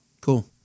Cool